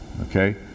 Okay